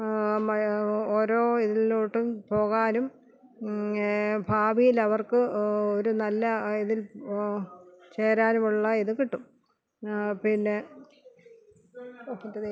മഴ ഓരോ ഇതിലോട്ടും പോകാനും ഭാവിയിൽ അവർക്ക് ഒരു നല്ല ഇതിൽ പോ ചേരാനുമുള്ള ഇത് കിട്ടും പിന്നെ